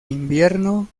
invierno